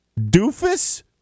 doofus